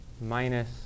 minus